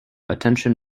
attention